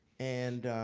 and